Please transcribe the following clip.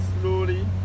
slowly